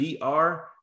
Dr